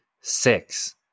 six